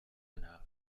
enough